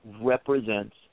represents